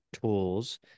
tools